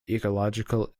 ecological